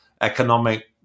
economic